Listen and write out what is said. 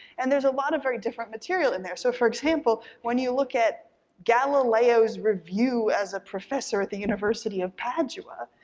and there's a lot of very different material in there. so, for example, when you look at galileo's review as a professor at the university of padua,